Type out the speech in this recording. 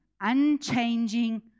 unchanging